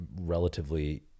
relatively